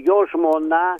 jo žmona